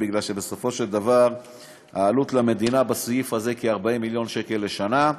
כי בסופו של דבר העלות למדינה בסעיף הזה היא כ-40 מיליון שקל לשנה.